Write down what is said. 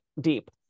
deep